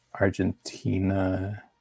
Argentina